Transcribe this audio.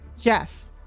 Jeff